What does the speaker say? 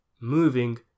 moving